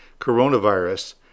coronavirus